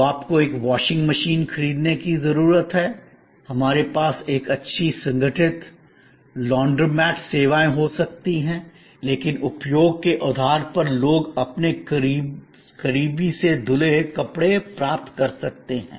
तो आपको एक वॉशिंग मशीन खरीदने की ज़रूरत है हमारे पास एक अच्छी संगठित लॉन्ड्रोमैट सेवाएं हो सकती हैं लेकिन उपयोग के आधार पर लोग अपने करीबी से धुले हुए कपड़े प्राप्त कर सकते हैं